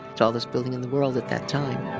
tallest building in the world at that time.